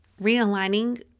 realigning